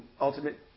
Ultimate